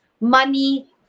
Money